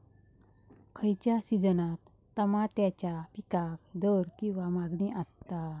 खयच्या सिजनात तमात्याच्या पीकाक दर किंवा मागणी आसता?